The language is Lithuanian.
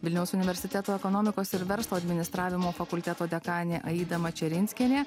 vilniaus universiteto ekonomikos ir verslo administravimo fakulteto dekanė aida mačerinskienė